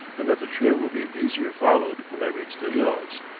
and that the trail will be easier followed when i reach the hills.